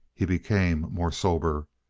he became more sober.